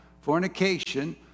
Fornication